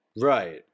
Right